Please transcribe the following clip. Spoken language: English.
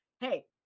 hey